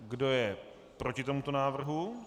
Kdo je proti tomuto návrhu?